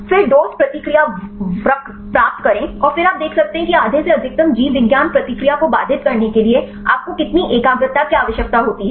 फिर डोज़ प्रतिक्रिया वक्र प्राप्त करें और फिर आप देख सकते हैं कि आधे से अधिकतम जीवविज्ञान प्रतिक्रिया को बाधित करने के लिए आपको कितनी एकाग्रता की आवश्यकता होती है